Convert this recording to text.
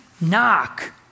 knock